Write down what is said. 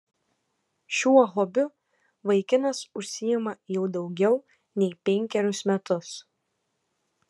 šiuo hobiu vaikinas užsiima jau daugiau nei penkerius metus